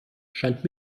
scheint